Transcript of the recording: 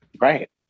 right